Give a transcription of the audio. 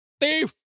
Thief